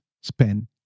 spend